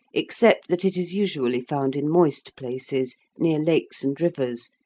except that it is usually found in moist places, near lakes and rivers,